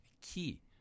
key